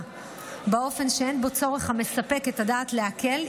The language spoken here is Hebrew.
באופן שבו אין צורך המספק את הדעת להקל,